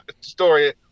story